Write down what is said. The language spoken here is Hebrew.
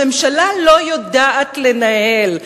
הממשלה לא יודעת לנהל,